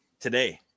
today